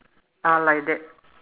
are like that